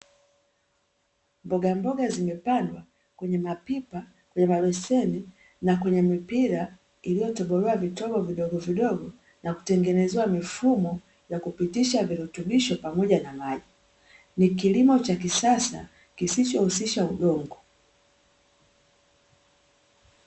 Mboga mboga zimepandwa kwenye mapipa ya mabeseni na kwenye mipira iliyotobolewa vitobo vidogo vidogo na kutengenezewa mifumo ya kupitisha virutubisho pamoja na maji. Ni kilimo cha kisasa kisichohusisha udongo.